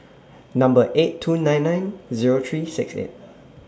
Number eight two nine nine Zero three six eight